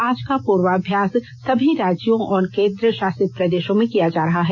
आज का पूर्वाभ्यास सभी राज्यों और केंद्र शासित प्रदेशों में किया जा रहा है